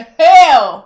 hell